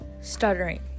stuttering